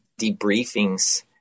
debriefings